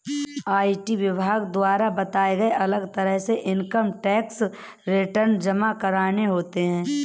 IT विभाग द्वारा बताए, अलग तरह के इन्कम टैक्स रिटर्न जमा करने होते है